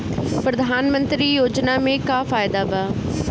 प्रधानमंत्री योजना मे का का फायदा बा?